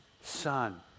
son